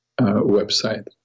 website